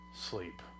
sleep